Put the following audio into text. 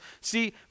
See